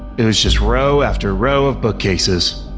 it was just row after row of bookcases.